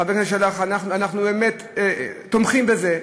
חבר הכנסת שלח, אנחנו באמת תומכים בזה.